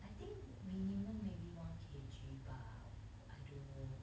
I think minimum maybe one K_G bah I don't know